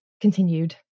continued